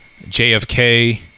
JFK